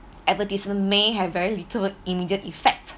advertisement may have very little immediate effect